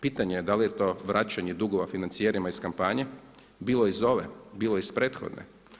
Pitanje je dali je to vraćanje dugova financijerima iz kampanje bilo iz ove, bilo iz prethodne.